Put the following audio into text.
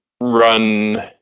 run